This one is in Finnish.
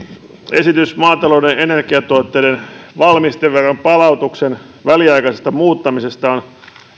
esitys maatalouden energiatuotteiden valmisteveron palautuksen väliaikaisesta muuttamisesta on